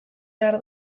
behar